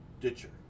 ditcher